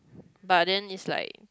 but then it's like